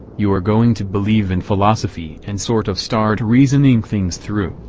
you're going to believe in philosophy and sort of start reasoning things through,